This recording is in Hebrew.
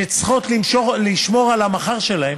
שצריכות לשמור על המחר שלהן,